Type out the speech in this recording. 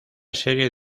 serie